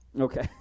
Okay